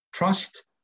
Trust